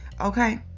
okay